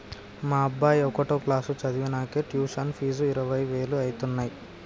మా అబ్బాయి ఒకటో క్లాసు చదవనీకే ట్యుషన్ ఫీజు ఇరవై వేలు అయితన్నయ్యి